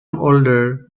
older